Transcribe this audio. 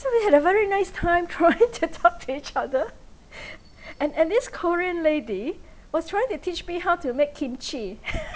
so we had a very nice time trying to talk to each other and and this korean lady was trying to teach me how to make kimchi